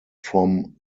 from